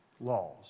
laws